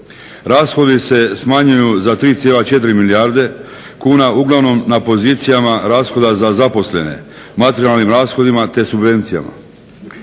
Rashodi se smanjuju za 3,4 milijarde kuna uglavnom na pozicijama rashoda za zaposlene, materijalnim rashodima, te subvencijama.